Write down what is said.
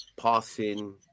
passing